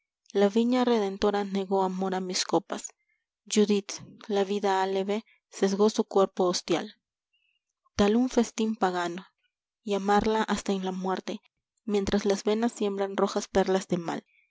la viña redentora negó amor a mis copas judith la vida aleve sesgó su cuerpo hostial tal un festín pagano y amaila hasta en la muerte mientras las venas sienbran rojas perlas de mal